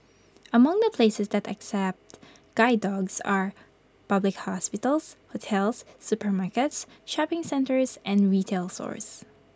among the places that accept guide dogs are public hospitals hotels supermarkets shopping centres and retail stores